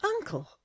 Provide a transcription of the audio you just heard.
uncle